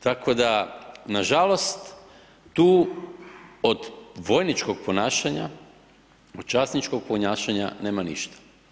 Tako da nažalost tu od vojnićkog ponašanja i časničkog ponašanja nema ništa.